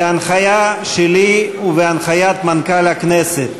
בהנחיה שלי ובהנחיית מנכ"ל הכנסת,